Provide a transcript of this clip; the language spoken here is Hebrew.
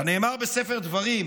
כנאמר בספר דברים: